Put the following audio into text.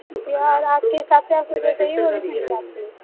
جی ہاں اور آپ کے حساب سے اور کچھ جو جاہیے وہ بھی ملیں گا آپ کے لیے